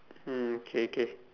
mm okay okay